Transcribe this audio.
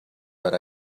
but